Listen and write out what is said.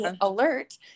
alert